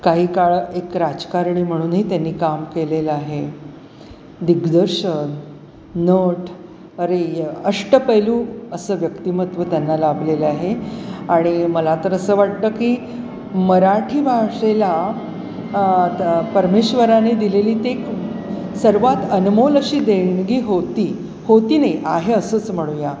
का काही काळं एक राजकारणी म्हणूनही त्यांनी काम केलेलं आहे दिग्दर्शन नठ अरे अष्टपैलू असं व्यक्तिमत्व त्यांना लाभलेलं आहे आणि मला तर असं वाटतं की मराठी भाषेला परमेश्वरांनी दिलेली ते एक सर्वात अनमोल अशी देणगी होती होती नाई आहे असंच म्हणूया